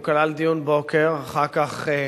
הוא כלל דיון בוקר, אחר כך